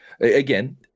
again